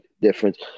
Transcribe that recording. difference